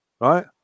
right